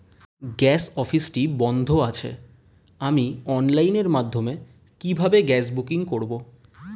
Gas অফিসটি বন্ধ আছে আমি অনলাইনের মাধ্যমে কিভাবে গ্যাস বুকিং করব?